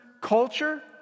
culture